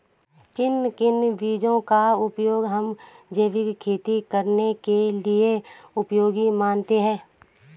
किन किन बीजों का उपयोग हम जैविक खेती करने के लिए सबसे उपयोगी मानते हैं?